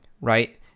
right